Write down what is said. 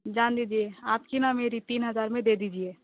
جان دیجئے آپ کی نہ میری تین ہزار میں دے دیجئے